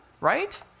right